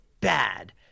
bad